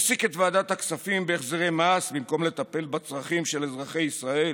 העסיק את ועדת הכספים בהחזרי מס במקום לטפל בצרכים של אזרחי ישראל,